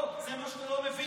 לא, זה מה שאתה לא מבין,